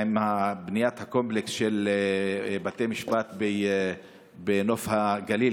עם בניית הקומפלקס של בתי המשפט בנוף הגליל,